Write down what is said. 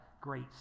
great